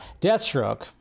Deathstroke